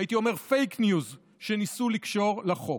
והייתי אומר פייק ניוז שניסו לקשור לחוק.